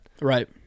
Right